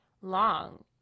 long